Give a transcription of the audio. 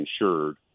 insured